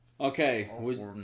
Okay